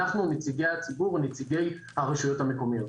אנחנו, נציגי הציבור ונציגי הרשויות המקומיות.